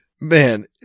man